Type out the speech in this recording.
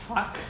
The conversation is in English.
fuck